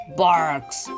barks